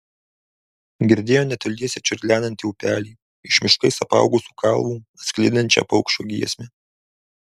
girdėjo netoliese čiurlenantį upelį iš miškais apaugusių kalvų atsklindančią paukščio giesmę